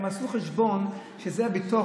הם עשו חשבון שזה הביטוח.